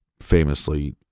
Famously